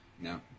No